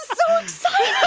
so exciting